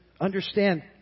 understand